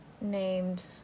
named